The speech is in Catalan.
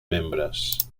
membres